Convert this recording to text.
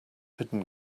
hidden